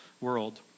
world